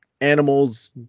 animals